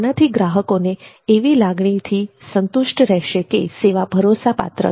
આનાથી ગ્રાહકો એવી લાગણી થી સંતુષ્ટ રહેશે કે સેવા ભરોસાપાત્ર છે